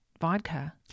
vodka